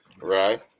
right